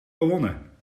gewonnen